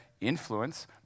influence